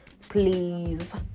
please